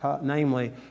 Namely